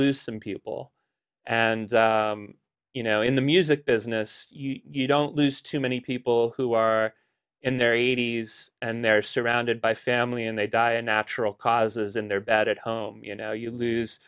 lose some people and you know in the music business you don't lose too many people who are in their eighty's and they're surrounded by family and they die of natural causes in their bed at home you know you lose